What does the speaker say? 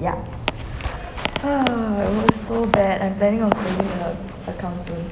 ya you know so bad I'm planning on closing the account soon